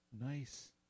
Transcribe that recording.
Nice